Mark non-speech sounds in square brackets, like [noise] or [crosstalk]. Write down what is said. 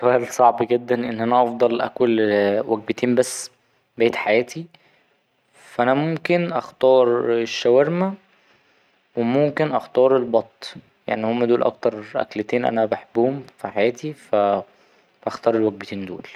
سؤال صعب [laughs] جدا إن أنا افضل أكل وجبتين بس بقيت حياتي فا أنا ممكن أختار الشاورما وممكن أختار البط يعني هما دول أكتر أكلتين أنا بحبهم في حياتي فا هختار الوجبتين دول.